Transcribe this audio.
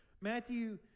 Matthew